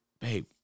Babe